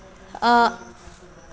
आ